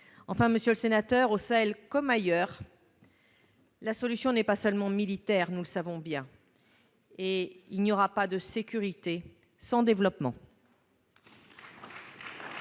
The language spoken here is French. Enfin, monsieur le sénateur, au Sahel comme ailleurs, la solution n'est pas seulement militaire : nous le savons bien, il n'y aura pas de sécurité sans développement.